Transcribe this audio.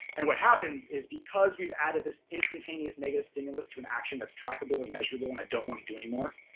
and what happens is because we have added this instantaneous negative stimulus to an action that's trackable and measurable and i don't want to do any more,